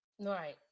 Right